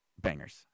Bangers